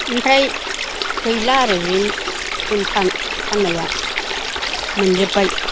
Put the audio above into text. ओमफ्राय गैला आरो बे जों फान फाननाया मोनजोबबाय